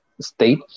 state